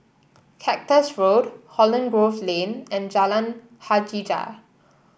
Cactus Road Holland Grove Lane and Jalan Hajijah